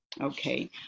Okay